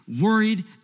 worried